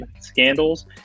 scandals